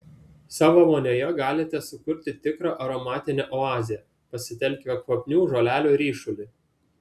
savo vonioje galite sukurti tikrą aromatinę oazę pasitelkę kvapnių žolelių ryšulį